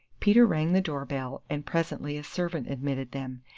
peter rang the door bell, and presently a servant admitted them,